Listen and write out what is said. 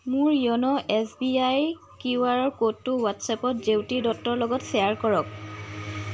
মোৰ য়োন' S B I QR ক'ডটো হোৱাট্ছএপত জেউতি দত্তৰ লগত শ্বেয়াৰ কৰক